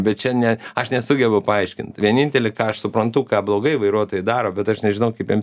bet čia ne aš nesugebu paaiškint vienintelį ką aš suprantu ką blogai vairuotojai daro bet aš nežinau kaip jiem